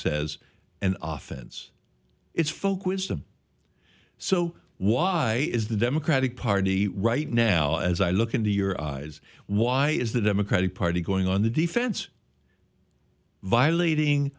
offense it's folk wisdom so why is the democratic party right now as i look into your eyes why is the democratic party going on the defense violating